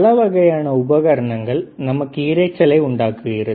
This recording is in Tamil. பலவகையான உபகரணங்கள் இரைச்சலை உண்டாக்குகிறது